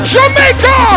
Jamaica